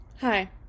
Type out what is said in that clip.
Hi